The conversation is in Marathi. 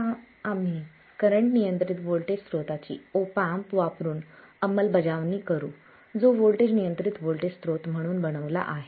आता आम्ही करंट नियंत्रित व्होल्टेज स्त्रोताची ऑप एम्प वापरुन अंमलबजावणी करू जो व्होल्टेज नियंत्रित व्होल्टेज स्रोत म्हणून बनवला आहे